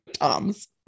Toms